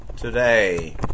Today